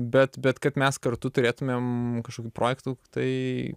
bet bet kad mes kartu turėtumėm kažkokių projektų tai